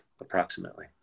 approximately